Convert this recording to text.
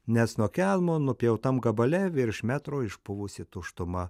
nes nuo kelmo nupjautam gabale virš metro išpuvusi tuštuma